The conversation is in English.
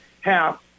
half